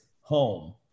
Home